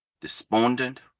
despondent